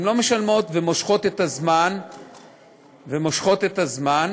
לא משלמות, מושכות ומושכות את הזמן.